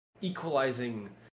equalizing